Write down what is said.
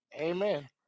Amen